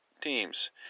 Teams